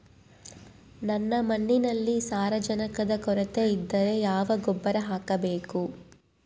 ನನ್ನ ಮಣ್ಣಿನಲ್ಲಿ ಸಾರಜನಕದ ಕೊರತೆ ಇದ್ದರೆ ಯಾವ ಗೊಬ್ಬರ ಹಾಕಬೇಕು?